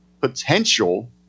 potential